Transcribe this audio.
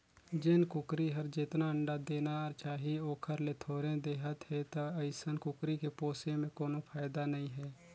जेन कुकरी हर जेतना अंडा देना चाही ओखर ले थोरहें देहत हे त अइसन कुकरी के पोसे में कोनो फायदा नई हे